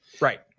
right